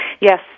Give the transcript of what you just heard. Yes